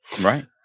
Right